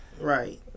Right